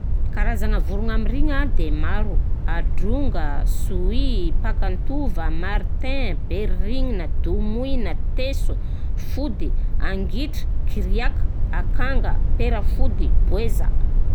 Karazagna vorogna mirigna de maro: adronga, sohihy, mpakantova, martin, berirignina, domoina, teso, fody, angitry, kiriaka, akanga, pera, fody, boeza.